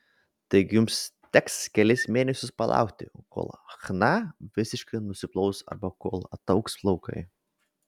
taigi jums teks kelis mėnesius palaukti kol chna visiškai nusiplaus arba kol ataugs plaukai